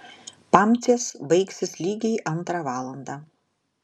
pamcės baigsis lygiai antrą valandą